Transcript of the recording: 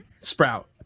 Sprout